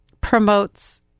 promotes